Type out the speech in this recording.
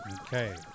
okay